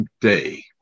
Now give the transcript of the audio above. day